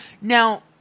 Now